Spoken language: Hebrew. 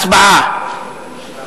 53(8)